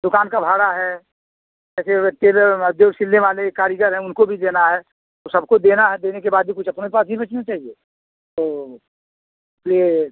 दुकान का भाड़ा है जैसे वे टेलर जो सिलने वाले कारीगर हैं उनको भी देना है तो सबको देना है देने के बाद भी कुछ अपने पास भी बचना चाहिए तो इसलिए